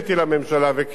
כמו שמבצעים את כביש 31,